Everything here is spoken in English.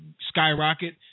skyrocket